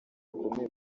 bikomeye